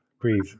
breathe